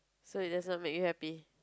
so it doesn't make you happy